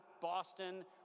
Boston